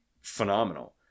phenomenal